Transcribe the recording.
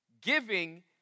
Giving